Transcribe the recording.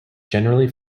generally